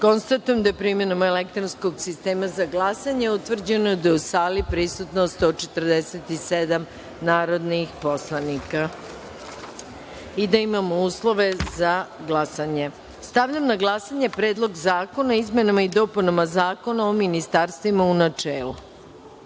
glasanje. Konstatujem da je primenom elektronskog sistema za glasanje utvrđeno da je u sali prisutno 147 narodnih poslanika i da imamo uslove za glasanje. Stavljam na glasanje Predlog zakona o izmenama i dopunama Zakona o ministarstvima, u